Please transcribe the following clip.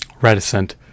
reticent